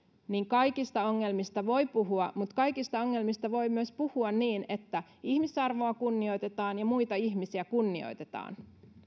että kaikista ongelmista voi puhua mutta kaikista ongelmista voi myös puhua niin että ihmisarvoa kunnioitetaan ja muita ihmisiä kunnioitetaan